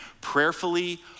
prayerfully